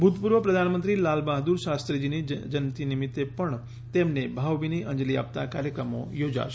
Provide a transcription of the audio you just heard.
ભૂતપૂર્વ પ્રધાનમંત્રી લાલબહાદૂર શાસ્ત્રીજીની જયંતી નિમિત્તે પણ તેમને ભાવભીની અંજલી આપતા કાર્યક્રમો યોજાશે